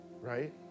right